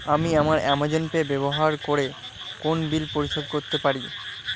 আমি আমার Amazon Pay ব্যবহার করে কোন বিল পরিশোধ করতে পারি